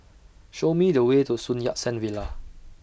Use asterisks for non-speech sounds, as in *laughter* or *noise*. Show Me The Way to Sun Yat Sen Villa *noise*